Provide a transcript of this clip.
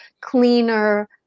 cleaner